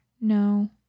No